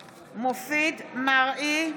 (קוראת בשמות חברי הכנסת) מופיד מרעי,